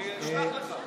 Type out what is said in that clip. אני אשלח לך.